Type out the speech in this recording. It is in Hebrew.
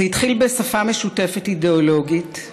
זה התחיל בשפה משותפת אידיאולוגית.